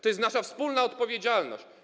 To jest nasza wspólna odpowiedzialność.